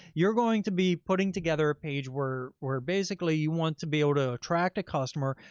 you're going to be putting together a page where where basically, you want to be able to attract a customer,